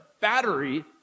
battery